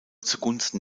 zugunsten